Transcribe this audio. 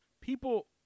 people